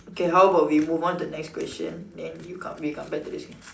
okay how about we move on to the next question then you come we come back to this again